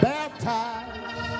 Baptized